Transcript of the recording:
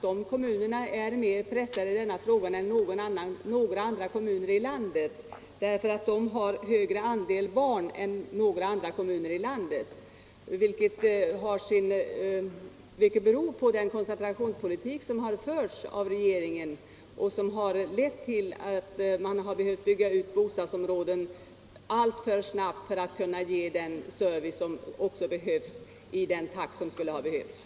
De kommunerna är faktiskt mer pressade i denna fråga än andra, eftersom de har högre andel barn än några andra kommuner i landet. Det beror på den koncentrationspolitik som har förts av regeringen och som har lett till att man tvingats bygga ut bostadsområden alltför snabbt, så att man inte hunnit med att bygga ut nödvändig service i samma takt.